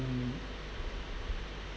mm